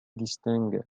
distingue